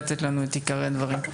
לתת לנו את עיקרי הדברים.